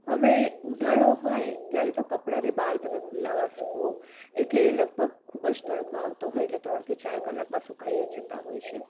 હવે ઉનાળો હોય ત્યારે તો કપડાને બહાર તમે ખુલ્લામાં સુકવો એટલે લગભગ ખૂબ જ તડકો આવતો હોય એટલે ત્રણ કે ચાર કલાકમાં સુકાઈ જતા હોય છે